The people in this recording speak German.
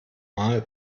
mal